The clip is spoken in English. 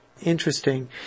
Interesting